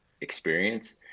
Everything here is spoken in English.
experience